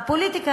שהפוליטיקה,